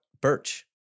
Birch